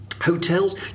hotels